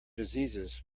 diseases